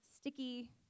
sticky